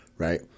Right